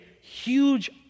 huge